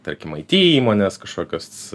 tarkim it įmonės kažkokios